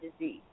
disease